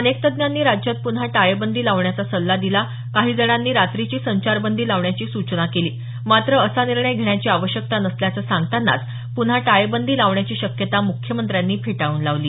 अनेक तज्ज्ञांनी राज्यात पुन्हा टाळेबंदी लावण्याचा सल्ला दिला काही जणांनी रात्रीची संचारबंदी लावण्याची सूचना केली मात्र असा निर्णय घेण्याची आवश्यकता नसल्याचं सांगतानाच प्न्हा टाळेबंदी लावण्याची शक्यता मुख्यमंत्र्यांनी फेटाळून लावली